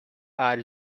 are